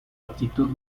actitud